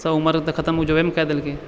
सब उमर तऽ खतम ओ जॉबेमे कऽ देलकै